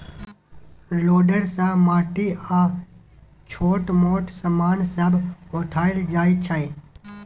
loader सँ माटि आ छोट मोट समान सब उठाएल जाइ छै